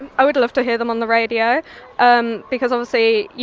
i would love to hear them on the radio um because obviously, you